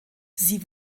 sie